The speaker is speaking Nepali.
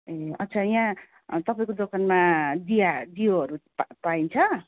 ए अच्छा यहाँ तपाईँको दोकानमा दिया दियोहरू पा पाइन्छ